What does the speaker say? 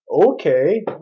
Okay